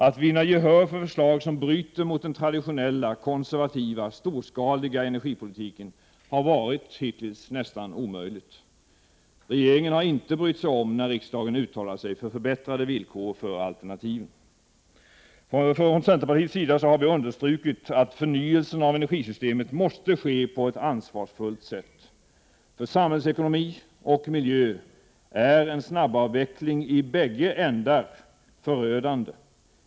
Att vinna gehör för förslag som bryter mot den traditionella konservativa, storskaliga energipolitiken har hittills varit nästan omöjligt. Regeringen har inte brytt sig när riksdagen uttalat sig för förbättrade villkor för alternativen. Från centerpartiets sida har vi understrukit att förnyelsen av energisystemet måste ske på ett ansvarsfullt sätt. För samhällsekonomi och miljö är en snabbavveckling i ”bägge ändar” förödande.